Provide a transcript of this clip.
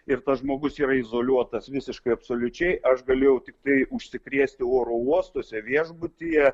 ir tas žmogus yra izoliuotas visiškai absoliučiai aš galėjau tiktai užsikrėsti oro uostuose viešbutyje